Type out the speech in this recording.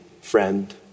friend